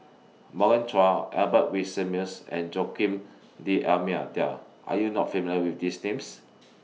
Morgan Chua Albert Winsemius and Joaquim Are YOU not familiar with These Names